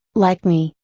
like me,